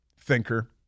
thinker